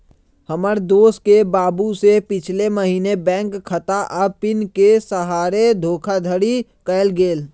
हमर दोस के बाबू से पिछले महीने बैंक खता आऽ पिन के सहारे धोखाधड़ी कएल गेल